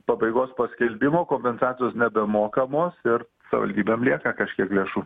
pabaigos paskelbimo kompensacijos nebemokamos ir savivaldybėm lieka kažkiek lėšų